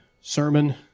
sermon